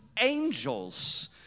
angels